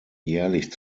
jährlich